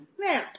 Now